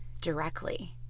directly